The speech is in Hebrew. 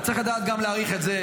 אז צריך לדעת גם להעריך את זה.